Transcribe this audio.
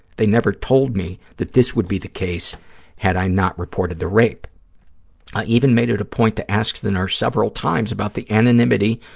they never told me that this would be the case had i not reported the rape. i even made it a point to ask the nurse several times about the anonymity